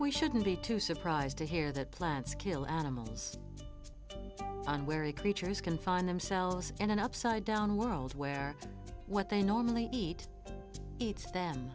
we shouldn't be too surprised to hear that plants kill animals unwary creatures can find themselves in an upside down world where what they normally eat eat